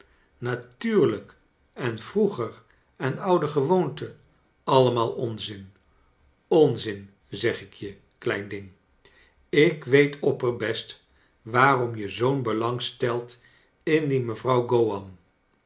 natuurlijk en vroeger en oude gewoonte allemaal onzin i onzin zeg ik je klein ding ik weet opperbest waarom je zoo'n belang stelt in die mevrouw